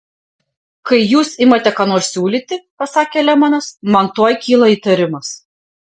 kai jūs imate ką nors siūlyti pasakė lemanas man tuoj kyla įtarimas